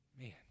Man